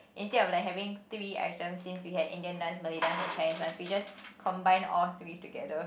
instead of like having three items since we had Indian dance Malay dance and Chinese dance we just combine all three together